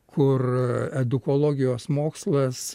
kur edukologijos mokslas